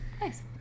Nice